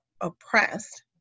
oppressed